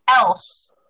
else